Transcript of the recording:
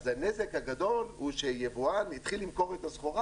הנזק הגדול הוא שיבואן התחיל למכור את הסחורה